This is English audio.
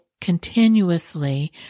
continuously